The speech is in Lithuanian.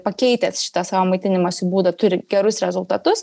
pakeitęs šitą savo maitinimosi būdą turi gerus rezultatus